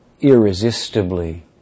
irresistibly